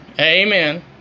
amen